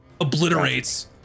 obliterates